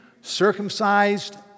circumcised